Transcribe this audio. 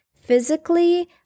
physically